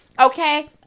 okay